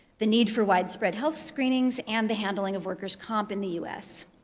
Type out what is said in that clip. the need for widespread health screenings, and the handling of workers' comp in the us.